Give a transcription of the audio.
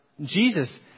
Jesus